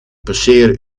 passeer